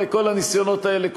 הרי כל הניסיונות האלה,